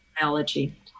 biology